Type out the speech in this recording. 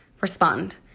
respond